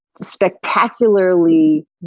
spectacularly